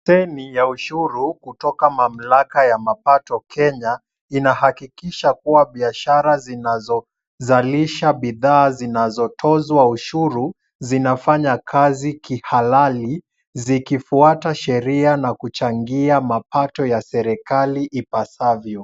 Deni ya ushuru kutoka mamlaka ya mapato Kenya, inahakikisha kuwa biashara zinazozalisha bidhaa zinazotozwa ushuru zinafanya kazi kihalali, zikifuata sheria na kuchangia mapato ya serikali ipasavyo.